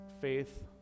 faith